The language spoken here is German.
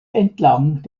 entlang